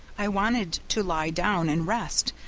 i wanted to lie down and rest,